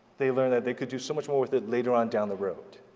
they learned that they could do so much more with it later on down the road,